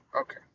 Okay